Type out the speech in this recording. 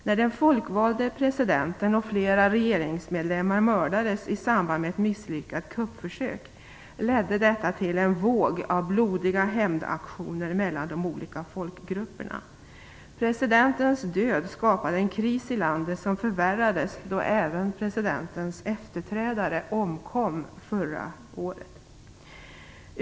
När den folkvalde presidenten och flera regeringsmedlemmar mördades i samband med ett misslyckat kuppförsök, ledde detta till en våg av blodiga hämndaktioner mellan de olika folkgrupperna. Presidentens död skapade en kris i landet som förvärrades då även presidentens efterträdare omkom förra året.